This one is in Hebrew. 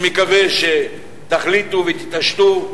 אני מקווה שתחליטו ותתעשתו,